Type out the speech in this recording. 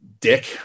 dick